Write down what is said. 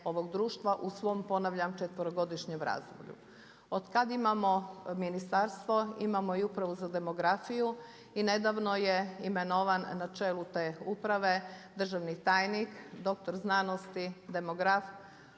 ovog društva u svom ponavljam četverogodišnjem razdoblju. Od kad imamo ministarstvo imamo i upravo za demografiju i nedavno je imenovan na čelu te uprave državni tajnik, doktor znanosti demograf